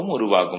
ம் உருவாகும்